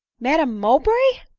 madam mowbray!